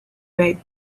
red